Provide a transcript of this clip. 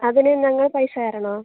അതിന് ഞങ്ങൾ പൈസ തരണൊ